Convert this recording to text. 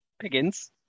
Piggins